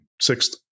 sixth